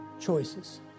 Choices